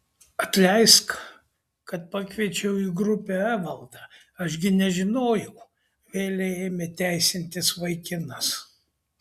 atleisk kad pakviečiau į grupę evaldą aš gi nežinojau vėlei ėmė teisintis vaikinas